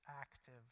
active